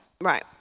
right